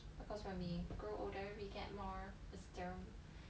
at first when you grow older then you get more wisdom